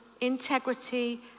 integrity